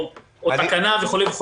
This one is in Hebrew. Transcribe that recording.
אם זה צו או תקנה וכולי.